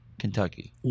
Kentucky